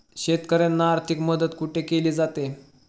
शेतकऱ्यांना आर्थिक मदत कुठे केली जाते?